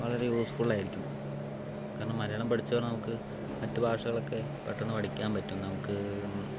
വളരെ യൂസ്ഫുള്ളായിരിക്കും കാരണം മലയാളം പഠിച്ചാൽ നമുക്ക് മറ്റു ഭാഷകളൊക്കെ പെട്ടെന്ന് പഠിക്കാൻ പറ്റും നമുക്ക്